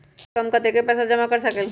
सबसे कम कतेक पैसा जमा कर सकेल?